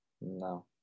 No